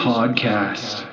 Podcast